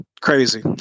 crazy